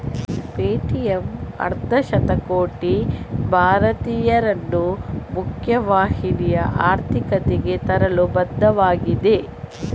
Paytm ಅರ್ಧ ಶತಕೋಟಿ ಭಾರತೀಯರನ್ನು ಮುಖ್ಯ ವಾಹಿನಿಯ ಆರ್ಥಿಕತೆಗೆ ತರಲು ಬದ್ಧವಾಗಿದೆ